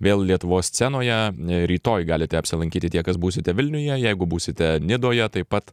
vėl lietuvos scenoje rytoj galite apsilankyti tie kas būsite vilniuje jeigu būsite nidoje taip pat